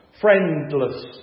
friendless